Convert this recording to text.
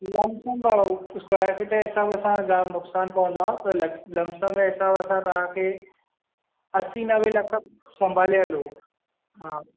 lump sum भाऊ square foot जे हिसाब सां जाम नुक़सान पवंदो आहे लंपसम जे हिसाब सां तव्हां खे असी नवे लख संभाले हलो हा